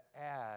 add